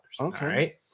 Okay